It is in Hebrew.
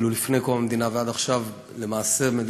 ואפילו מלפני קום המדינה ועד עכשיו,